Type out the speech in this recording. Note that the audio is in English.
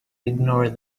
ignore